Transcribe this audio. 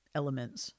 elements